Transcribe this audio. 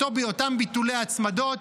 אותם ביטולי הצמדות,